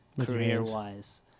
career-wise